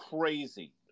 crazy